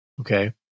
okay